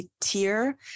tier